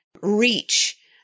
reach